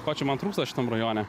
ko čia man trūksta šitam rajone